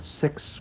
six